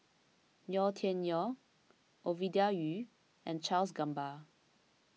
Yau Tian Yau Ovidia Yu and Charles Gamba